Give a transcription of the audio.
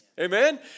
Amen